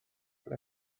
ble